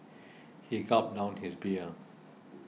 he gulped down his beer